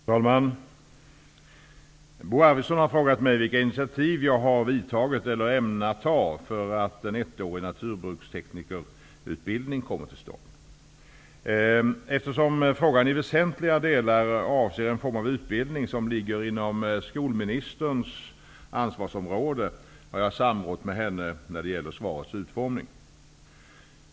Fru talman! Bo Arvidson har frågat mig vilka initiativ jag har tagit eller ämnar ta för att en ettårig naturbruksteknikerutbildning kommer till stånd. Eftersom frågan i väsentliga delar avser en form av utbildning som ligger inom skolministerns ansvarsområde har jag samrått med henne när det gäller svarets utformning.